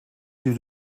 due